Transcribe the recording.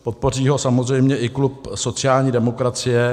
Podpoří ho samozřejmě i klub sociální demokracie.